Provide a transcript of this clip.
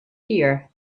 here